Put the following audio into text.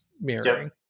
mirroring